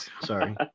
Sorry